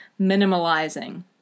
minimalizing